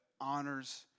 honors